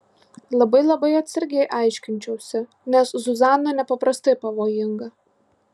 labai labai atsargiai aiškinčiausi nes zuzana nepaprastai pavojinga